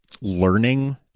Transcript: learning